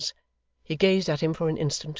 he gazed at him for an instant,